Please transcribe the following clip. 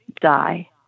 die